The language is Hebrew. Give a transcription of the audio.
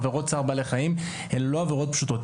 עבירות צער בעלי חיים הן לא עבירות פשוטות.